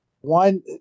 one